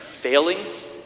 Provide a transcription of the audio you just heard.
failings